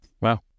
Wow